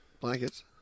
Blankets